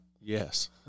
Yes